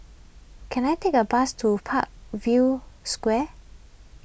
can I take a bus to Parkview Square